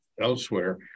elsewhere